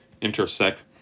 intersect